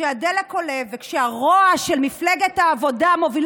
כשהדלק עולה וכשהרוע של מפלגת העבודה מוביל